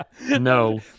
No